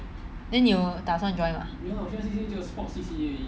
then 你有打算 join mah